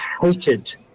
hated